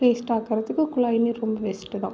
வேஸ்ட்டாக்குறதுக்கு குழாய் நீர் ரொம்ப பெஸ்ட்டு தான்